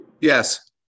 Yes